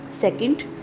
Second